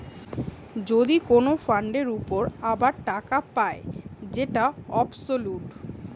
যদি কোন ফান্ডের উপর আবার টাকা পায় যেটা অবসোলুট